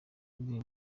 bwe